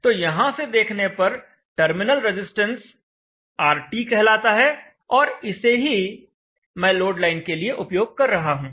तो यहां से देखने पर टर्मिनल रजिस्टेंस RT कहलाता है और इसे ही मैं लोड लाइन के लिए उपयोग कर रहा हूं